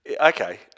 Okay